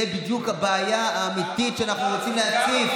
זו בדיוק הבעיה האמיתית שאנחנו רוצים להציף.